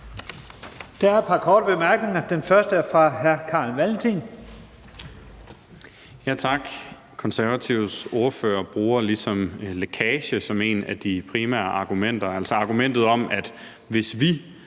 Der er et par korte bemærkninger. Den første er fra hr. Carl Valentin. Kl. 11:23 Carl Valentin (SF): Tak. Konservatives ordfører bruger ligesom lækage som et af de primære argumenter, altså argumentet om, at hvis vi